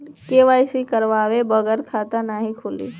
KYC करवाये बगैर खाता नाही खुली?